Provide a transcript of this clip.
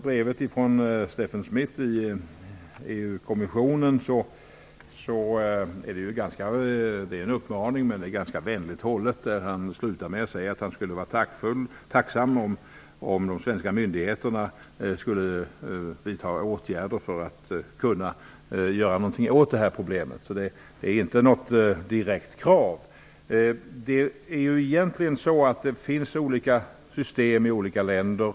Brevet från Steffen Smidt i EU-kommissionen innehåller en uppmaning, men brevet är ganska vänligt hållet. Han avslutar med att säga att han vore tacksam om de svenska myndigheterna vidtar åtgärder för att komma till rätta med detta problem. Detta är inte något direkt krav. Egentligen finns det olika system i olika länder.